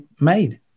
made